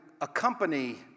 accompany